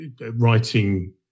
writing